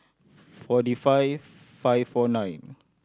forty five five four nine